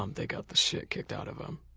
um they got the shit kicked out of them.